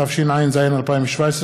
התשע"ז 2017,